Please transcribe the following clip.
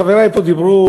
חברי פה דיברו,